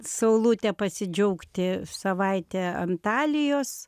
saulute pasidžiaugti savaitę antalijos